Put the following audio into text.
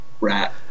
rat